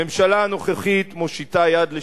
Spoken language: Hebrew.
הממשלה הנוכחית מושיטה יד לשלום.